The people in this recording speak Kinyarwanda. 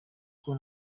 kuko